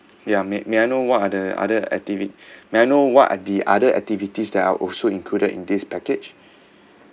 ya may may I know what are the other activi~ may I know what are the other activities that are also included in this package